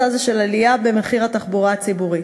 הזה של עלייה במחיר התחבורה הציבורית.